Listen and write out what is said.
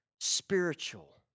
spiritual